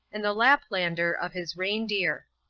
and the laplander of his reindeer.